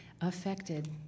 affected